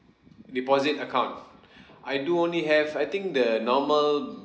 deposit account I do only have I think the normal